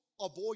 avoid